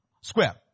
square